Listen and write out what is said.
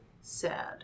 Sad